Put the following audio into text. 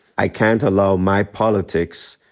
i can't allow my politics,